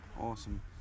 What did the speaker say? Awesome